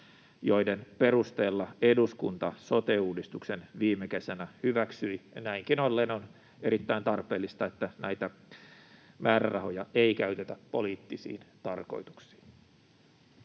joiden perusteella eduskunta sote-uudistuksen viime kesänä hyväksyi, ja näinkin ollen on erittäin tarpeellista, että näitä määrärahoja ei käytetä poliittisiin tarkoituksiin.